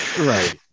Right